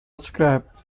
scrap